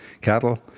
cattle